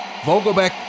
Vogelbeck